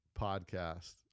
podcast